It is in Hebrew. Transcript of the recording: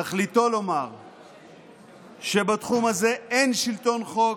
תכליתו לומר שבתחום הזה אין שלטון חוק,